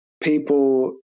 people